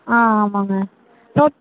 ஆ ஆமாம்ங்க